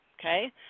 okay